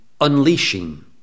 unleashing